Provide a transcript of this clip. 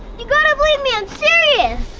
you gotta believe me! i'm serious.